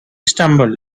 stumbled